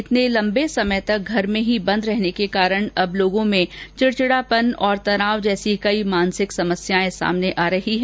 इतने लम्बे समय तक घर में ही बंद रहने के कारण लोगों में चिड़चिड़ापन और तनाव जैसी कई मानसिक समस्याएं सामने आ रही है